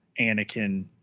Anakin